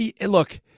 Look